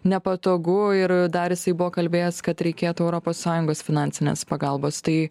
nepatogu ir dar jisai buvo kalbėjęs kad reikėtų europos sąjungos finansinės pagalbos tai